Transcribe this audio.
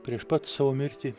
prieš pat savo mirtį